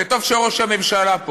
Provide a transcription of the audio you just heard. טוב שראש הממשלה פה.